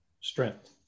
strength